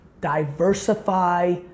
diversify